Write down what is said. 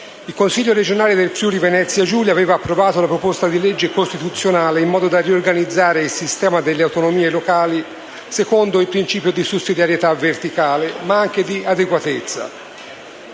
Il Consiglio regionale del Friuli-Venezia Giulia aveva approvato la proposta di legge costituzionale in modo da riorganizzare il sistema delle autonomie locali secondo il principio di sussidiarietà verticale, ma anche di adeguatezza.